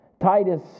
Titus